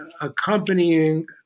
accompanying